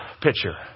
picture